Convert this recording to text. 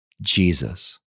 Jesus